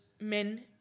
men